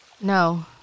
No